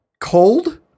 Cold